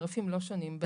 התעריפים לא שונים.